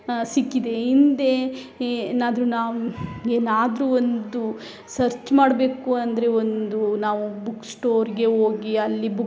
ಸಿಕ್ಕಿದೆ ಹಿಂದೇ ಏನಾದರು ನಾವು ಏನಾದರು ಒಂದು ಸರ್ಚ್ ಮಾಡಬೇಕು ಅಂದರೆ ಒಂದು ನಾವು ಬುಕ್ ಸ್ಟೋರಿಗೆ ಹೋಗಿ ಅಲ್ಲಿ